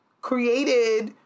created